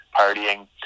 partying